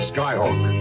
Skyhawk